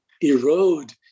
erode